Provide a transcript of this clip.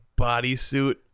bodysuit